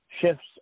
shifts